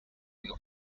new